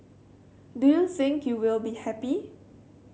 do you think you will be happy